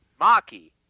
maki